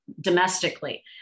domestically